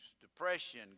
depression